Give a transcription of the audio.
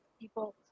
people